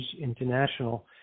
International